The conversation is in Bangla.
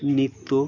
নৃত্য